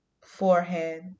forehead